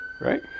Right